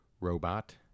robot